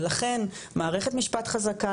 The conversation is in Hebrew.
ולכן מערכת משפט חזקה,